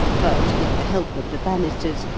but, with the help of the banisters,